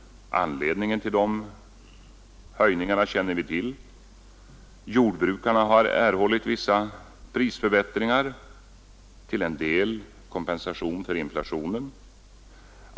Anledningen till dessa höjningar känner vi till. Jordbrukarna har erhållit vissa prisförbättringar, till en del som kompensation för inflationen.